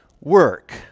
work